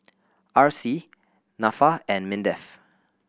R C Nafa and MINDEF